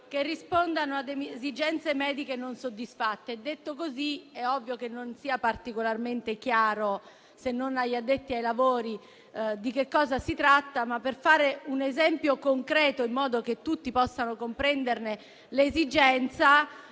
che rispondano ad esigenze mediche non soddisfatte. Detto così, è ovvio che non sia particolarmente chiaro, se non agli addetti ai lavori, di che cosa esso tratti. Per fare un esempio concreto in modo che tutti possano comprenderne le esigenze,